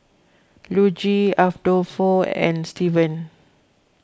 Luigi Adolfo and Steven